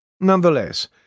Nonetheless